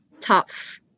tough